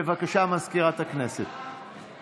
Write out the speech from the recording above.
בבקשה, מזכירת הכנסת.